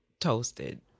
toasted